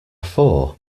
four